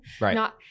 right